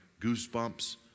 goosebumps